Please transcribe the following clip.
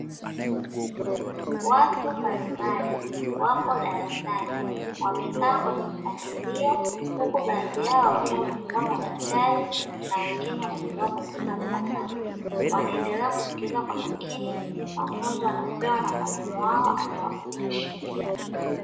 Watu mbalimbali, wapo darasani. Wamekaa kwenye mpangilio, huku baadhi yao wakiwa wamefungua madaftari na wengine wamefungua kompyuta mpakato, wanaendelea kusikiiza kwa makini mafunzo wanayopewa na mwalimu wao, anayewafundisha.